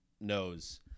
knows